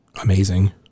amazing